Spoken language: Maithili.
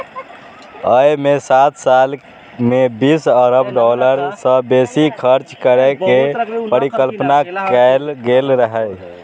अय मे सात साल मे बीस अरब डॉलर सं बेसी खर्च करै के परिकल्पना कैल गेल रहै